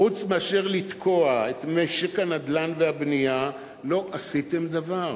חוץ מאשר לתקוע את משק הנדל"ן והבנייה לא עשיתם דבר.